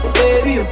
baby